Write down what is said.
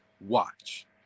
watch